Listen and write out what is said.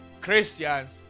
Christians